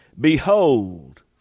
Behold